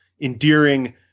endearing